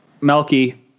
Melky